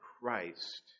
Christ